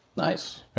nice.